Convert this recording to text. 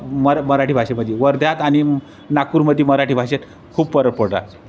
मरा मराठी भाषेमध्ये वर्ध्यात आणि नागपूरमध्ये मराठी भाषेत खूप परक पडतात